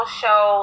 show